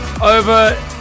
Over